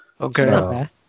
Okay